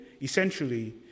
essentially